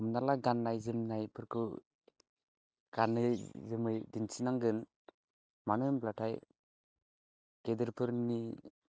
हमना ला गान्नाय जोमनायफरखौ गानै जोमै दिन्थि नांगोन मानो होनब्लाथाय गेदेरफोरनि